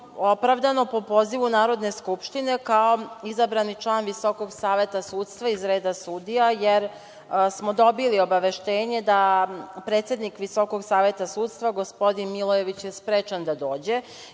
opravdano, po pozivu Narodne skupštine, kao izabrani član Visokog saveta sudstva iz reda sudija, jer smo dobili obaveštenje da predsednik Visokog saveta sudstva, gospodin Milojević je sprečen da dođe.